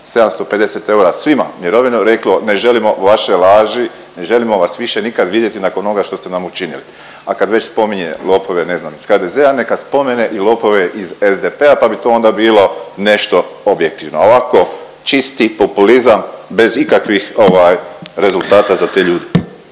750 eura svima mirovine reklo ne želimo vaše laži, ne želimo vas više nikad vidjeti nakon onoga što ste nam učinili. A kad već spominje lopove ne znam iz HDZ-a neka spomene i lopove iz SDP-a, pa bi to onda bilo nešto objektivno, a ovako čisti populizam bez ikakvih ovaj rezultata za te ljude.